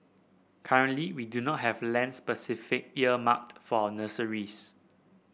currently we do not have land specific earmarked for nurseries